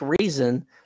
reason